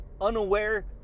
unaware